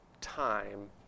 time